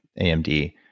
AMD